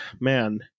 Man